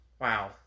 Wow